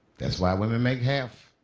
that's why women make half.